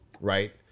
right